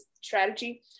strategy